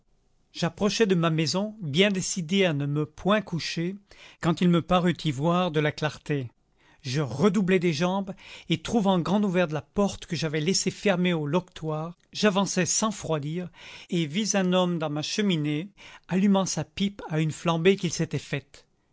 j'approchais de ma maison bien décidé à ne me point coucher quand il me parut y voir de la clarté je redoublai des jambes et trouvant grande ouverte la porte que j'avais laissée fermée au loquetoir j'avançai sans froidir et vis un homme dans ma cheminée allumant sa pipe à une flambée qu'il s'était faite